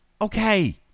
Okay